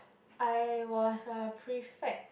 I was a prefect